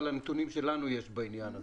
לנו יש נתונים בעניין הזה.